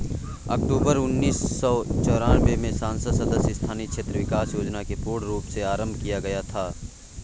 अक्टूबर उन्नीस सौ चौरानवे में संसद सदस्य स्थानीय क्षेत्र विकास योजना को पूर्ण रूप से आरम्भ किया गया था